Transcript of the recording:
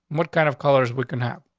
what kind of colors we can have?